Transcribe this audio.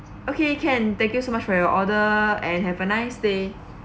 okay can thank you so much for your order and have a nice day